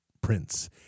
prince